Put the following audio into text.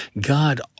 God